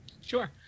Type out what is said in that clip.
Sure